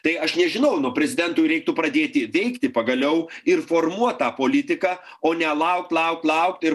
tai aš nežinau nu prezidentui reiktų pradėti veikti pagaliau ir formuot tą politiką o ne laukt laukt laukt ir